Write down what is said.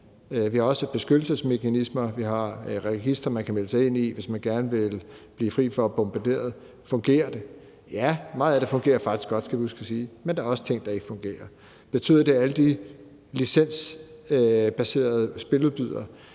Vi har også beskyttelsesmekanismer, vi har et register, man kan melde sig ind i, hvis man gerne vil blive fri for at blive bombarderet. Fungerer det? Ja, meget af det fungerer faktisk godt, skal jeg huske at sige, men der er også ting, der ikke fungerer. Betyder det, at alle de licensbaserede spiludbydere